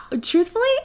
Truthfully